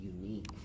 unique